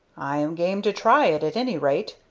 i am game to try it, at any rate,